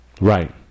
Right